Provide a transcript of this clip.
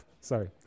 Sorry